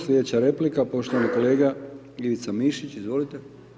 Slijedeća replika poštovani kolega Ivica Mišić, izvolite.